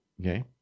Okay